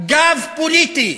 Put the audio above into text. גב פוליטי.